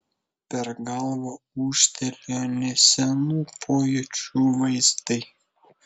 per galvą ūžtelėjo nesenų pojūčių vaizdai